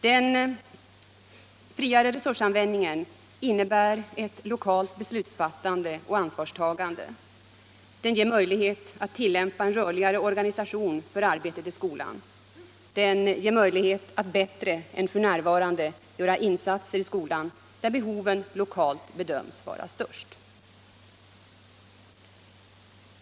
Den friare resursanvändningen innebär lokalt beslutsfattande och ansvarstagande. Den ger möjlighet att tillämpa en rörligare organisation för arbetet i skolan. Den ger möjlighet att bättre än f. n. göra insatser i skolan där behoven lokalt bedöms vara störst.